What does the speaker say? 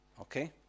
Okay